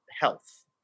health